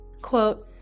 Quote